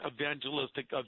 evangelistic